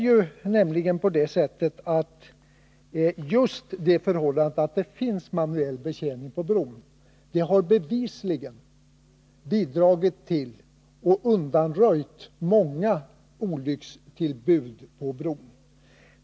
Just det förhållandet att det finns manuell betjäning på bron har bevisligen bidragit till och undanröjt många olyckstillbud på bron.